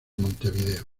montevideo